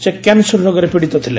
ସେ କ୍ୟାନସରରେ ରୋଗରେ ପୀଡିତ ଥିଲେ